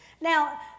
Now